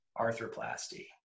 arthroplasty